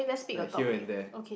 like here and there